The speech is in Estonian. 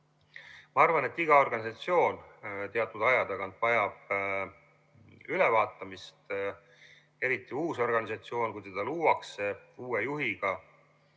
Ma arvan, et iga organisatsioon teatud aja tagant vajab ülevaatamist, eriti uus organisatsioon, kui teda luuakse ja